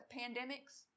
pandemics